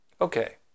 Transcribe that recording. okay